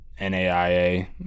NAIA